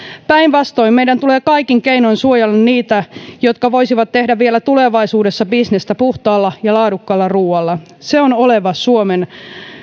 päinvastoin meidän tulee kaikin keinoin suojella niitä jotka voisivat tehdä vielä tulevaisuudessa bisnestä puhtaalla ja laadukkaalla ruualla se on oleva suomen